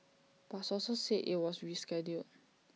but sources said IT was rescheduled